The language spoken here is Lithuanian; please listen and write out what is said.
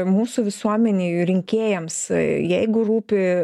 mūsų visuomenei rinkėjams jeigu rūpi